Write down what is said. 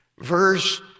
Verse